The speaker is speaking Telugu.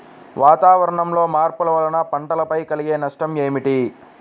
వాతావరణంలో మార్పుల వలన పంటలపై కలిగే నష్టం ఏమిటీ?